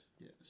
Yes